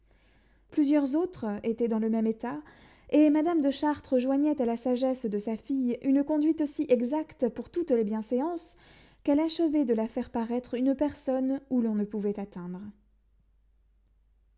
plusieurs autres étaient dans le même état et madame de chartres joignait à la sagesse de sa fille une conduite si exacte pour toutes les bienséances qu'elle achevait de la faire paraître une personne où l'on ne pouvait atteindre